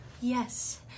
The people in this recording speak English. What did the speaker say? Yes